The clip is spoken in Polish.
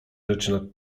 rzeczy